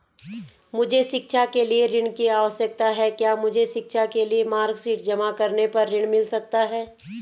मुझे शिक्षा के लिए ऋण की आवश्यकता है क्या मुझे शिक्षा के लिए मार्कशीट जमा करने पर ऋण मिल सकता है?